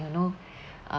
you know uh